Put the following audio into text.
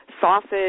sausage